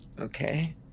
Okay